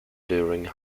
during